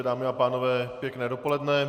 Dámy a pánové, pěkné dopoledne.